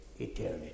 eternity